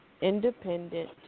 independent